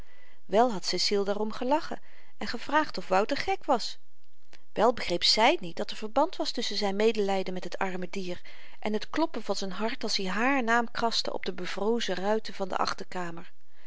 wel had ceciel daarom gelachen en gevraagd of wouter gek was wel begreep zy niet dat er verband was tusschen zyn medelyden met het arme dier en t kloppen van z'n hart als i hààr naam kraste op de bevrozen ruiten van de achterkamer